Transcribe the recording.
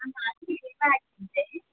ನಾನು morning leave ಹಾಕಿದ್ದೆ